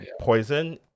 poison